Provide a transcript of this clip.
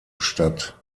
statt